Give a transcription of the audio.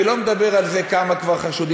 אני לא מדבר כמה על כבר חשודים.